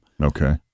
Okay